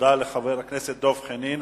תודה לחבר הכנסת דב חנין.